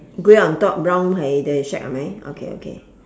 grey on top brown hai the shack ah hai mai okay okay